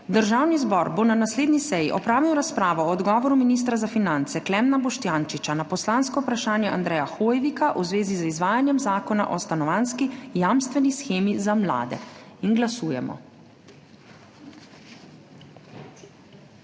Državni zbor bo na naslednji seji opravil razpravo o odgovoru ministra za finance Klemna Boštjančiča na poslansko vprašanje Andreja Hoivika v zvezi z izvajanjem Zakona o stanovanjski jamstveni shemi za mlade. Glasujemo.